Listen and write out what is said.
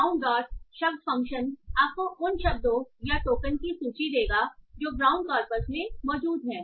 brown dot शब्द function आपको उन शब्दों या टोकन की सूची देगा जो ब्राउन कॉर्पस में मौजूद हैं